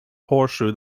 horseshoe